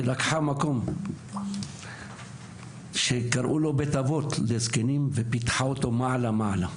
שלקחה מקום שקראו לו "בית אבות לזקנים" ופיתחה אותו מעלה-מעלה.